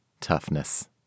toughness